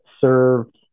served